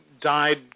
died